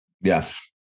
Yes